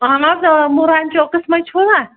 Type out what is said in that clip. اَہن حظ اۭں مُرَن چوکَس منٛز چھُو نَہ